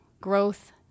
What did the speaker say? Growth